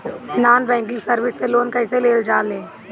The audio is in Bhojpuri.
नॉन बैंकिंग सर्विस से लोन कैसे लेल जा ले?